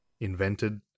invented